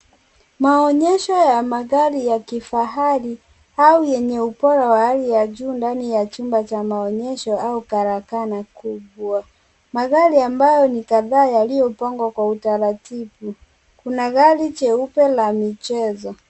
Maonyesho ya magari ya kifahari au yenye upora wa hali ya juu ndani ya chumba cha maonyesho au karakana kubwa. Magari ambayo ni kadhaa yaliyopangwa kwa utaratibu. Kuna gari jeupe la michezo.